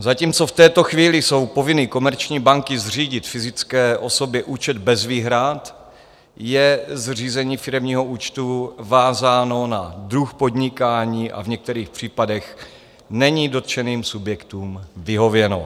Zatímco v této chvíli jsou povinny komerční banky zřídit fyzické osobě účet bez výhrad, je zřízení firemního účtu vázáno na druh podnikání a v některých případech není dotčeným subjektům vyhověno.